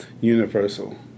universal